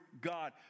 God